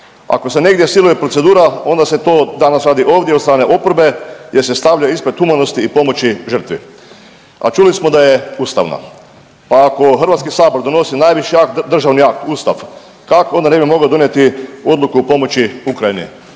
Ako se negdje siluje procedura onda se to danas radi ovdje od strane oporbe jer se stavljaju ispred humanosti i pomoći žrtvi, a čuli smo da je ustavna. Pa ako HS donosi najviši akt, državni akt, ustav, kako onda ne bi mogao donijeti odluku o pomoći Ukrajini,